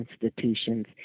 institutions